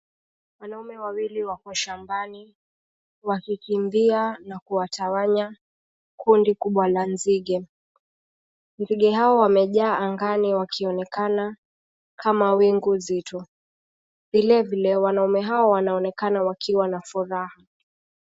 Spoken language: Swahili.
Wanaume wawili wako shambani wakikimbia na kuwatawanya kundi kubwa la nzige. Nzige hao wamejaa angani wakionekana kama wingu zito. Vile vile wanaume hawa wanaonekana wakiwa na furaha.